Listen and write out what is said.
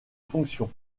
fonction